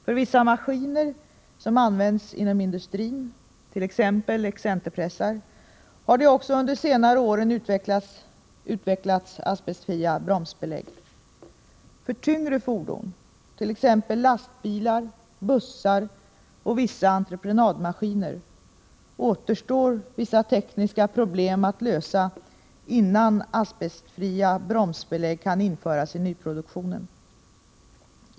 För vissa maskiner som används inom industrin, t.ex. excenterpressar, har det också de senaste åren utvecklats asbestfria bromsbelägg. För tyngre fordon, t.ex. lastbilar, bussar och vissa entreprenadmaskiner, återstår vissa tekniska problem att lösa innan asbestfria bromsbelägg kan införas i nyproduktionen.